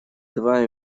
два